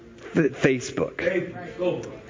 Facebook